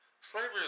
Slavery